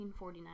1949